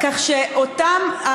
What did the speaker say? כך שאותם,